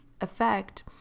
effect